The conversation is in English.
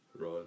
right